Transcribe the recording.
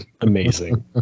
amazing